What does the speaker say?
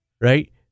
Right